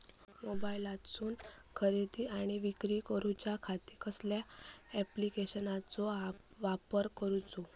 मोबाईलातसून खरेदी आणि विक्री करूच्या खाती कसल्या ॲप्लिकेशनाचो वापर करूचो?